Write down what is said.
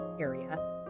area